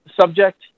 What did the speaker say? subject